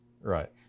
right